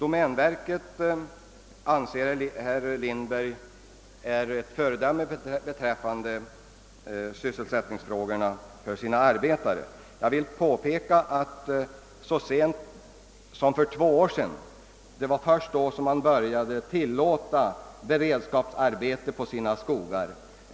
Vidare anser herr Lindberg att domänverket är ett föredöme då det gäller att bereda arbetskraften sysselsättning. Jag vill emellertid påpeka att do-, mänverket först för två år sedan började tillåta beredskapsarbeten i sina skogar.